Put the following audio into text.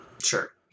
sure